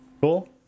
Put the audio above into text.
Cool